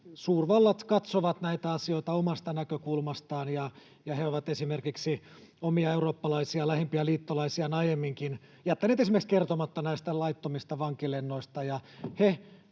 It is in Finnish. suurvallat katsovat näitä asioita omasta näkökulmastaan ja ovat esimerkiksi omille eurooppalaisille lähimmille liittolaisilleen aiemminkin jättäneet esimerkiksi kertomatta laittomista vankilennoista.